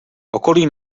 okolí